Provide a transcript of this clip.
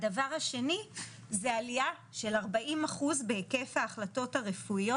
הדבר השני זה עלייה של 40 אחוז בהיקף ההחלטות הרפואיות